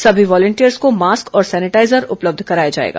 सभी वॉलिंटियर्स को मास्क और सेनिटाईजर उपलब्ध कराया जाएगा